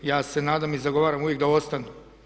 Ja se nadam i zagovaram uvijek da ostanu.